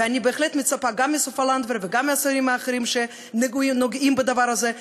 ואני בהחלט מצפה גם מסופה לנדבר וגם מהשרים האחרים שנוגעים בדבר הזה,